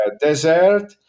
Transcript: desert